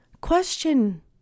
Question